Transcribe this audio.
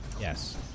Yes